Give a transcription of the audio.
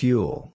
Fuel